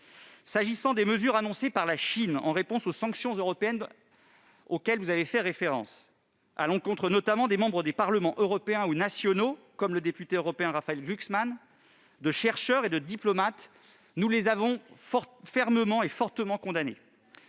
concerne les mesures annoncées par la Chine en réponse aux sanctions européennes auxquelles vous avez fait référence, notamment à l'encontre de membres du Parlement européen ou des parlements nationaux, comme le député européen Raphaël Glucksmann, de chercheurs et de diplomates, nous les avons fermement et fortement condamnées.